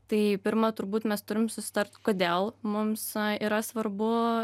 tai pirma turbūt mes turim susitart kodėl mums yra svarbu